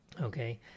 Okay